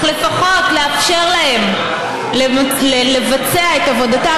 אז לפחות לאפשר להם לבצע את עבודתם